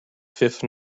fifth